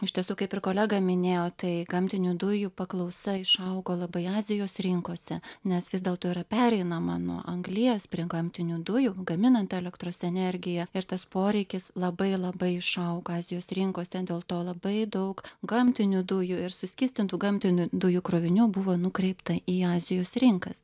iš tiesų kaip ir kolega minėjo tai gamtinių dujų paklausa išaugo labai azijos rinkose nes vis dėlto yra pereinama nuo anglies prie gamtinių dujų gaminant elektros energiją ir tas poreikis labai labai išaugo azijos rinkose dėl to labai daug gamtinių dujų ir suskystintų gamtinių dujų krovinių buvo nukreipta į azijos rinkas